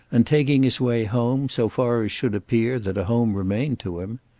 and taking his way home so far as should appear that a home remained to him.